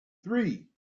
three